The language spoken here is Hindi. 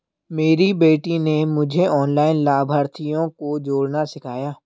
मेरी बेटी ने मुझे ऑनलाइन लाभार्थियों को जोड़ना सिखाया